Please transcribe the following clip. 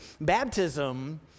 Baptism